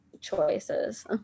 choices